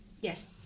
Yes